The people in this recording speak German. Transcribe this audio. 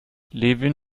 levin